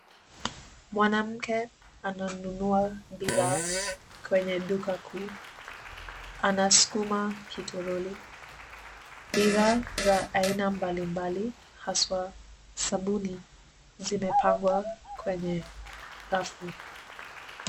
Mwanamke ananunua bidhaa kwenye duka kuu. Anasukuma kitroli. Bidhaa za aina mbalimbali haswa sabuni zimepangwa kwenye rafu.